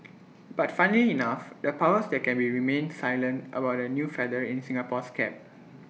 but funnily enough the powers that can be remained silent about the new feather in Singapore's cap